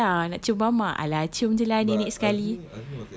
!oops! tersalah nak cium mama !alah! cium jer lah nenek sekali